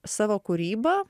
savo kūrybą